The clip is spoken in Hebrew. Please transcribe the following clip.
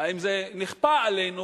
האם זה נכפה עלינו,